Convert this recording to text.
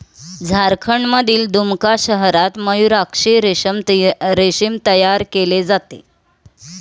झारखंडमधील दुमका शहरात मयूराक्षी रेशीम तयार केले जाते